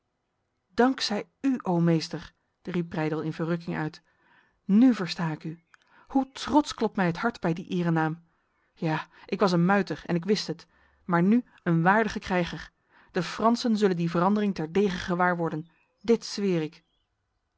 zij u o meester riep breydel in verrukking uit nu versta ik u hoe trots klopt mij het hart bij die erenaam ja ik was een muiter en ik wist het maar nu een waardige krijger de fransen zullen die verandering terdege gewaarworden dit zweer ik